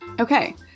Okay